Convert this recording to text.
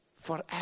Forever